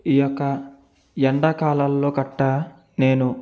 ఈ యొక్క ఎండాకాలాల్లో కట్ట నేను